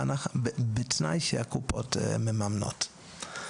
בתנאי שהקופות מממנות.